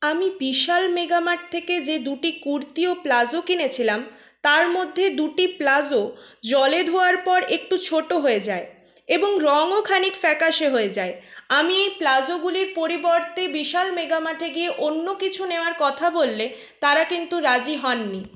আমি বিশাল মেগামার্ট থেকে যে দুটি কুর্তি ও প্লাজো কিনেছিলাম তার মধ্যে দুটি প্লাজো জলে ধোওয়ার পর একটু ছোট হয়ে যায় এবং রংও খানিক ফ্যাকাশে হয়ে যায় আমি এই প্লাজোগুলির পরিবর্তে বিশাল মেগামার্টে গিয়ে অন্য কিছু নেওয়ার কথা বললে তারা কিন্তু রাজি হননি